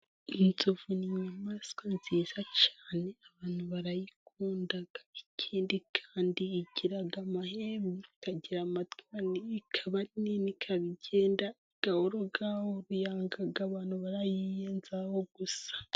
Inzovu ni inyamaswa nziza cyane abantu barayikunda. Ikindi kandi igira amahembe, ikagira amatwi, ikaba ari nini, ikaba igenda gahoro gahoro. Yanga abantu barayiyenzaho gusa.